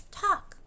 talk